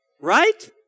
Right